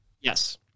Yes